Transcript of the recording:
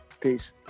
Peace